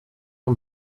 und